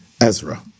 Ezra